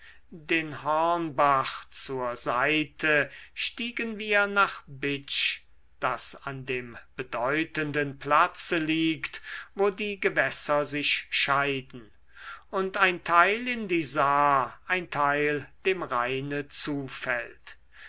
den hornbach zur seite stiegen wir nach bitsch das an dem bedeutenden platze liegt wo die gewässer sich scheiden und ein teil in die saar ein teil dem rheine zufällt